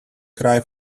cry